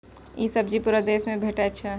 ई सब्जी पूरा देश मे भेटै छै